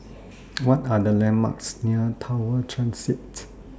What Are The landmarks near Tower Transit